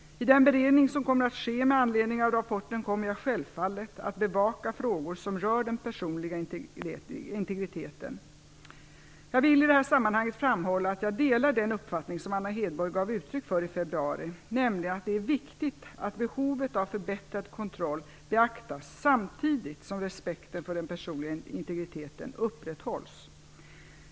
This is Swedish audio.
I den beredning som kommer att ske med anledning av rapporten kommer jag självfallet att bevaka frågor som rör den personliga integriteten. Jag vill i detta sammanhang framhålla att jag delar den uppfattning som Anna Hedborg gav uttryck för i februari, nämligen att det är viktigt att behovet av förbättrad kontroll beaktas, samtidigt som respekten för den personliga integriteten upprätthålls.